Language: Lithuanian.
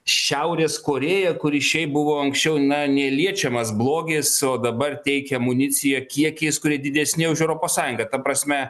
šiaurės korėją kuri šiaip buvo anksčiau na neliečiamas blogis o dabar teikia amuniciją kiekiais kurie didesni už europos sąjungą ta prasme